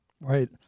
Right